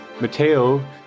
Mateo